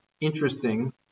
interesting